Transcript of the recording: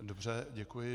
Dobře, děkuji.